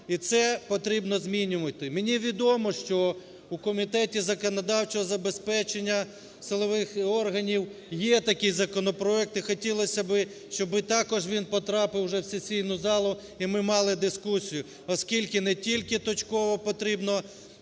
І це потрібно змінювати. Мені відомо, що у Комітеті законодавчого забезпечення силових органів є такий законопроект. І хотілося б, щоб також він потрапив вже у сесійну залу і ми мали дискусію, оскільки не тільки точково потрібно